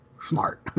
smart